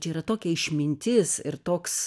čia yra tokia išmintis ir toks